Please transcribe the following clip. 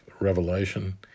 Revelation